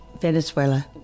Venezuela